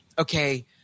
Okay